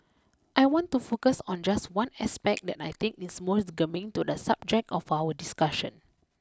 I want to focus on just one aspect that I think is most germane to the subject of our discussion